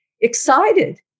excited